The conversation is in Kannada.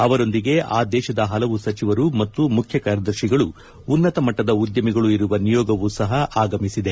ಅವರೊಂದಿಗೆ ಆ ದೇಶದ ಹಲವು ಸಚಿವರು ಮತ್ತು ಮುಖ್ಯ ಕಾರ್ಯದರ್ಶಿಗಳು ಉನ್ನತ ಮಟ್ಟದ ಉದ್ದಮಿಗಳು ಇರುವ ನಿಯೋಗವೂ ಸಹ ಆಗಮಿಸಿದೆ